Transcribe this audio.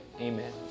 amen